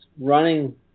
running